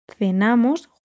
Cenamos